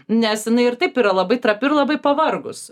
nes jinai ir taip yra labai trapi ir labai pavargus